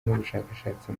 n’ubushakashatsi